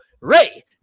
Ray